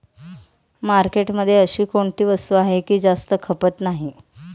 मार्केटमध्ये अशी कोणती वस्तू आहे की जास्त खपत नाही?